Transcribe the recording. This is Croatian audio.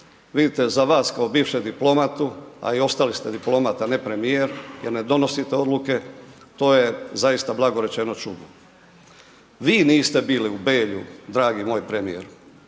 vidite za vas kao bivšeg diplomatu, a i ostali ste diplomata, ne premijer jer ne donosite odluke, to je zaista blago rečeno čudno. Vi niste bili u Belju, dragi moj premijeru